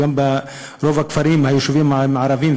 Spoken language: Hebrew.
גם ברוב היישובים הערביים,